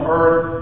earth